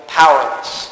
powerless